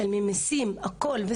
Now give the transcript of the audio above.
משלמים מיסים והכל,